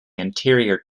anterior